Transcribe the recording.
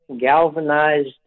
galvanized